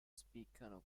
spiccano